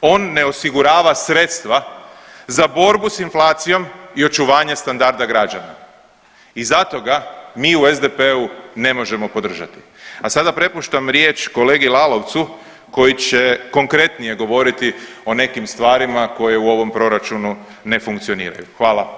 on ne osigurava sredstva za borbu s inflacijom i očuvanje standarda građana i zato ga mi u SDP-u ne možemo podržati, a sada prepuštam riječ kolegi Lalovcu koji će konkretnije govoriti o nekim stvarima koje u ovom proračunu ne funkcioniraju, hvala.